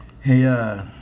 Hey